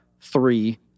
three